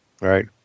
Right